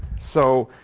so